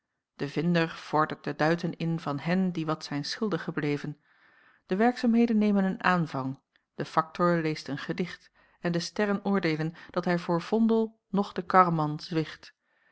de vinder vordert de duiten in van hen die wat zijn schuldig gebleven de werkzaamheden nemen een aanvang de factor leest een gedicht en de sterren oordeelen dat hij voor vondel noch den karreman zwicht